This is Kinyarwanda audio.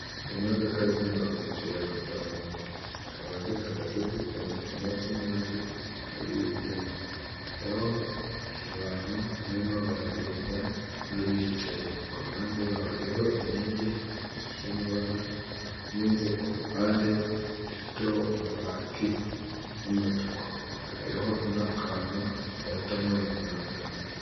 Imodoka z'imbangukiragutabara, zikaba zihagaze zifite amapine asa hariho ibyondo abantu barimo baragenda n'abicaye, ku ruhande rwaho hariho inkingi zifite amabara n'inzu kuruhande iteho amabati y'umutuku hariho n'akantu batamo imyanda.